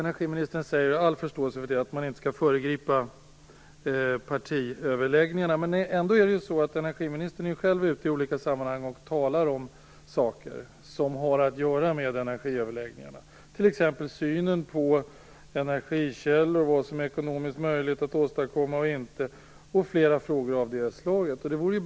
Jag har all förståelse för att man inte skall föregripa partiöverläggningarna. Ändå är energiministern ute i olika sammanhang och talar om saker som har att göra med energiöverläggningarna. Det gäller t.ex. synen på energikällor, på vad som är ekonomiskt möjligt att åstadkomma och inte, och flera frågor av det slaget.